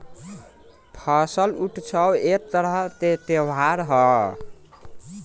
फसल उत्सव एक तरह के त्योहार ह